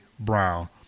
brown